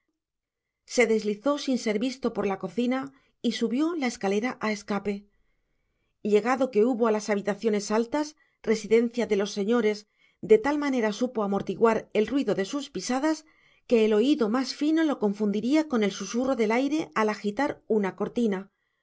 se deslizó sin ser visto por la cocina y subió la escalera a escape llegado que hubo a las habitaciones altas residencia de los señores de tal manera supo amortiguar el ruido de sus pisadas que el oído más fino lo confundiría con el susurro del aire al agitar una cortina